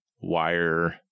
wire